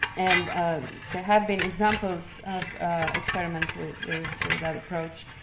and there have been examples of experiments with with that approach,